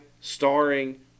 starring